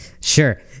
Sure